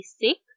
sick